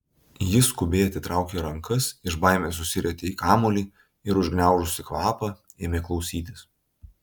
ji skubiai atitraukė rankas iš baimės susirietė į kamuolį ir užgniaužusi kvapą ėmė klausytis